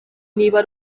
niba